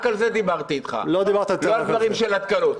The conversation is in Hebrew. רק על זה דיברתי איתך, לא על דברים של התקלות.